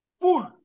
Full